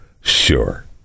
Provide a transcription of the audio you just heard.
sure